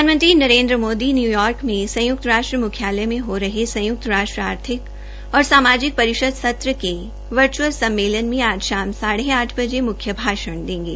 प्रधानमंत्री नरेन्द मोदी न्यूयार्क में संयुक्त राष्ट्र मुख्यालय में हो रहे संयुक्त राष्ट्र आर्थिक और सामाजिक परिषद के सत्र के वर्च्अला सम्मेलन में आज शाम साढ़े आठ बजे म्ख्य भाषण देंगे